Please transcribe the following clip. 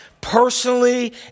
personally